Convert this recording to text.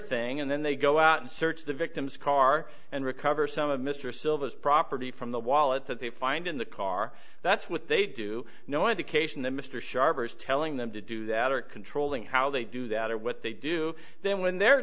thing and then they go out and search the victim's car and recover some of mr silvis busy property from the wallet that they find in the car that's what they do no indication that mr sharper is telling them to do that or controlling how they do that or what they do then when they're